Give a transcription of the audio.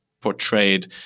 portrayed